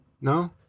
No